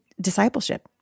discipleship